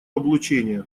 облучения